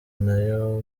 nayo